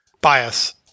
bias